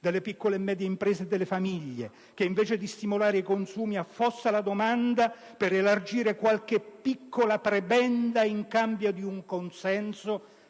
delle piccole e medie imprese e delle famiglie, che invece di stimolare i consumi affossa la domanda per elargire qualche piccola prebenda in cambio di un consenso